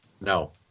No